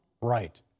Right